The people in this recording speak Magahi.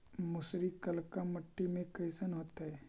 मसुरी कलिका मट्टी में कईसन होतै?